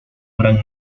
gran